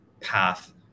path